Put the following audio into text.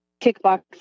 kickboxing